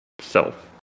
self